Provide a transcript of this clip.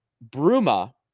Bruma